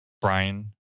Brian